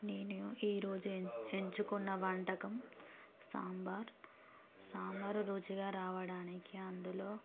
నేను ఈరోజు ఎంచుకున్న వంటకం సాంబార్ సాంబార్ రుచిగా రావడానికి అందులో